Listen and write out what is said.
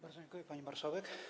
Bardzo dziękuję, pani marszałek.